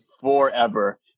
forever